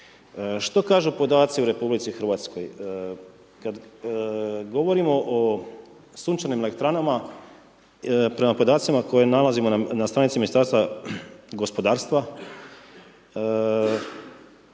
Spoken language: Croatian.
Što kažu podaci u RH, kad govorimo o sunčanim elektranama, prema podacima koje nalazimo na stranici Ministarstva gospodarstva,